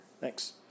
thanks